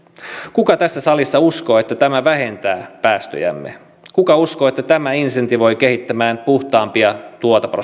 kuka tässä salissa uskoo että tämä vähentää päästöjämme kuka uskoo että tämä insentivoi kehittämään puhtaampia